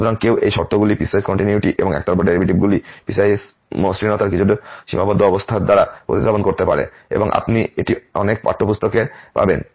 সুতরাং কেউ এই শর্তগুলি পিসওয়াইস কন্টিনিউয়িটি এবং একতরফা ডেরিভেটিভগুলি পিসওয়াইস মসৃণতার কিছুটা সীমাবদ্ধ অবস্থার দ্বারা প্রতিস্থাপন করতে পারে এবং আপনি এটি অনেক পাঠ্যপুস্তকে পাবেন